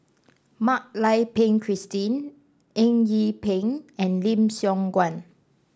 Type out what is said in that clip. Mak Lai Peng Christine Eng Yee Peng and Lim Siong Guan